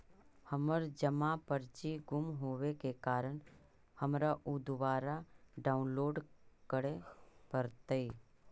हमर जमा पर्ची गुम होवे के कारण हमारा ऊ दुबारा डाउनलोड करे पड़तई